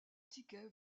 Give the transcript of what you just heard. ticket